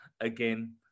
again